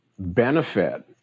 benefit